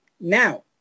Now